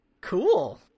Cool